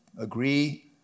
agree